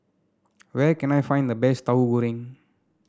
where can I find the best Tahu Goreng